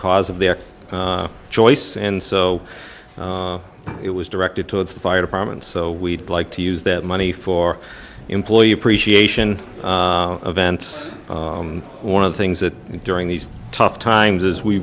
cause of their choice and so it was directed towards the fire department so we'd like to use that money for employee appreciation vents one of the things that during these tough times is we